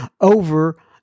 over